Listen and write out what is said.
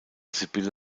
sibylle